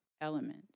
elements